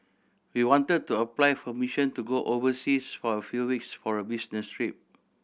he wanted to apply for permission to go overseas for a few weeks for a business trip